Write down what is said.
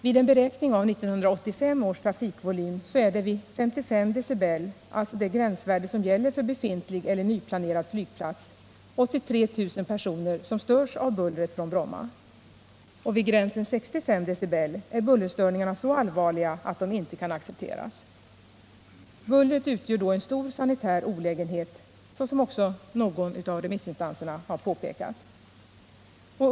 Vid en beräkning av 1985 års trafikvolym är det vid 55 dB, vilket är det gränsvärde som gäller för befintlig eller nyplanerad flygplats, 83 000 personer som störs av bullret från Bromma. Vid gränsen 65 dB är bullerstörningarna så allvarliga att de inte kan accepteras. Bullret utgör då en stor sanitär olägenhet, såsom också någon av remissinstanserna påpekat.